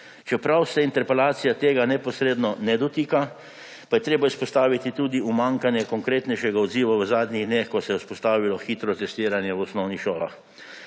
Čeprav se interpelacija tega neposredno ne dotika, je treba izpostaviti tudi umanjkanje konkretnejšega odziva v zadnjih dneh, ko se je vzpostavilo hitro testiranje v osnovnih šolah.